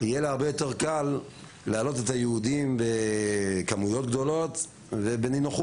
ויהיה לה הרבה יותר קל להעלות את היהודים בכמויות גדולות ובנינוחות.